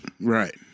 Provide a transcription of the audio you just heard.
Right